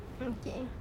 okay